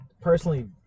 personally